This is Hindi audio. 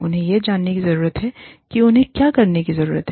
उन्हें यह जानने की जरूरत है कि उन्हें क्या करने की जरूरत है